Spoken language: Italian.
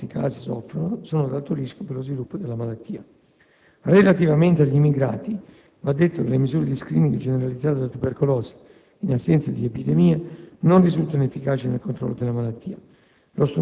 in molti casi, soffrono, sono ad alto rischio per lo sviluppo della malattia. Relativamente agli immigrati, va detto che le misure di *screening* generalizzato della tubercolosi, in assenza di epidemie, non risultano efficaci nel controllo della malattia;